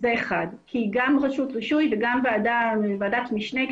גם רשות רישוי וגם ועדת משנה,